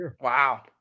Wow